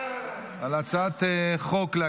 חברי הכנסת, אני